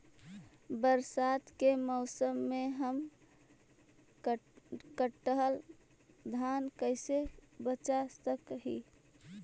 बरसात के मौसम में हम कटल धान कैसे बचा सक हिय?